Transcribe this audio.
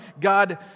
God